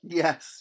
yes